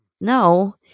No